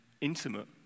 intimate